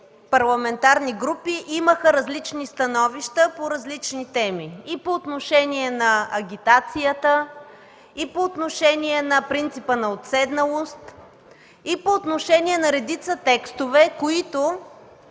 парламентарни групи имаха различни становища по различни теми – и по отношение на агитацията, и по отношение на принципа на уседналост, и по отношение на редица текстове, които